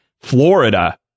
Florida